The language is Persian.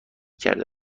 کرده